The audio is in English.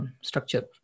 structure